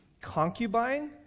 concubine